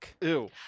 Ew